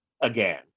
again